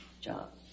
job